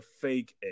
fake